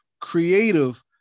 creative